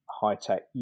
high-tech